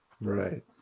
Right